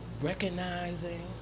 Recognizing